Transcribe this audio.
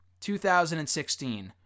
2016